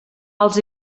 les